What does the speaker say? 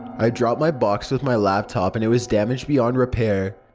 i dropped my box with my laptop and it was damaged beyond repair.